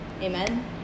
Amen